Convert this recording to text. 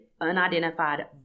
unidentified